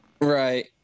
Right